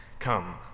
Come